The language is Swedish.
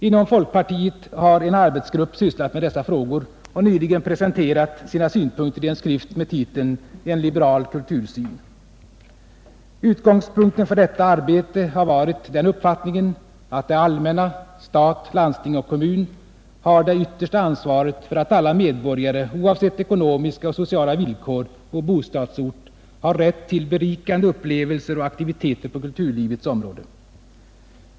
Inom folkpartiet har en arbetsgrupp sysslat med dessa frågor och nyligen presenterat sina synpunkter i en skrift med titeln ”En liberal kultursyn”. Utgångspunkten för detta arbete har varit den uppfattningen att det allmänna — stat, landsting och kommun =— har det yttersta ansvaret för att alla medborgare oavsett ekonomiska och sociala villkor och bostadsort har rätt till berikande upplevelser och aktiviteter på kulturlivets område.